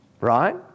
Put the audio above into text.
right